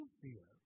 fear